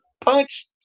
punch